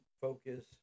focus